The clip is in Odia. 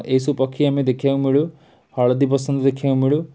ଏହିସବୁ ପକ୍ଷୀ ଆମେ ଦେଖିବାକୁ ମିଳୁ ହଳଦୀବସନ୍ତ ଦେଖିବାକୁ ମିଳୁ